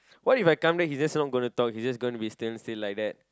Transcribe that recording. what If I come then he just not gonna talk he just gonna be standing still like that